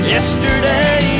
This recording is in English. Yesterday